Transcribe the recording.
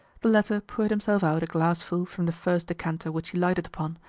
the latter poured himself out a glassful from the first decanter which he lighted upon,